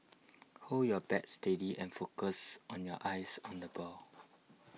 hold your bat steady and focus on your eyes on the ball